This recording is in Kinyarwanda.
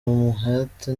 umuhate